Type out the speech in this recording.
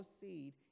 seed